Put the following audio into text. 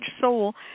soul